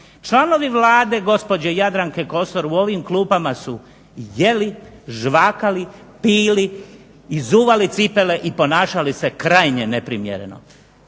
članovi Vlade gospođe Jadranke Kosor u ovim klupama su jeli, žvakali, pili, izuvali cipele i ponašali se krajnje neprimjereno.